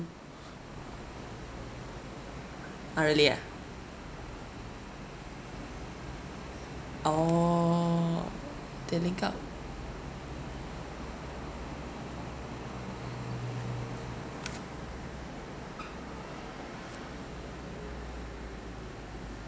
uh really ah oh they link up